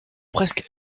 presque